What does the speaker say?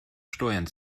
steuern